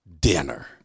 dinner